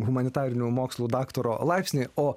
humanitarinių mokslų daktaro laipsnį o